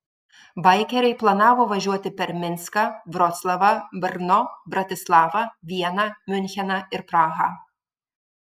baikeriai planavo važiuoti per minską vroclavą brno bratislavą vieną miuncheną ir prahą